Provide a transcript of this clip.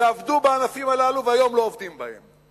שעבדו בענפים הללו והיום הם לא עובדים בהם.